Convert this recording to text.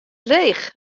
leech